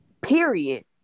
period